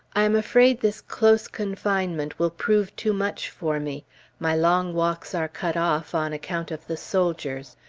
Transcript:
i am afraid this close confinement will prove too much for me my long walks are cut off, on account of the soldiers.